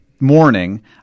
morning